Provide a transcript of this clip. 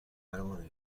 پروانه